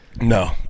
no